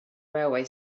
railway